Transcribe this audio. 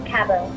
Cabo